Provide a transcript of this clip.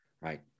right